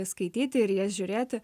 skaityti ir į jas žiūrėti